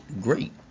great